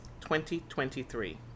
2023